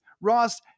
Ross